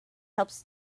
helps